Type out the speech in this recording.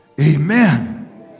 Amen